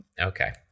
Okay